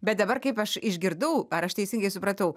bet dabar kaip aš išgirdau ar aš teisingai supratau